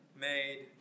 made